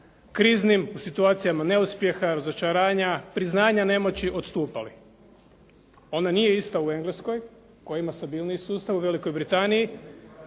kriznim, u situacijama neuspjeha, razočaranja, priznanja nemoći odstupali. Ona nije ista u Engleskoj koja ima stabilniji sustav, u Velikoj Britaniji,